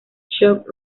shock